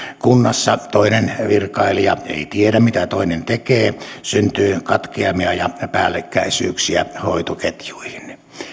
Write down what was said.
kunnassa toinen virkailija ei tiedä mitä toinen tekee syntyy katkeamia ja päällekkäisyyksiä hoitoketjuihin